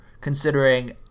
considering